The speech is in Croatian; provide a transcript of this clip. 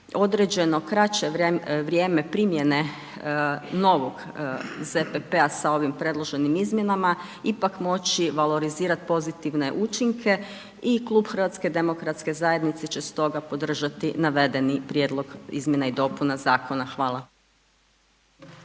određeno kraće vrijeme primjene novog ZPP-a sa ovim predloženim izmjenama, ipak moći valorizirat pozitivne učinke i klub HDZ-a će stoga podržati navedeni prijedlog izmjena i dopuna zakona, hvala.